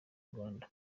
rwanda